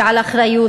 ועל אחריות,